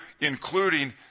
including